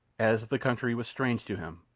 as the country was strange to him,